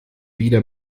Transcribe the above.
weder